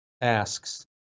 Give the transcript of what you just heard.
asks